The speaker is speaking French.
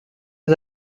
les